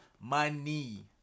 Money